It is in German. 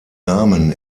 namen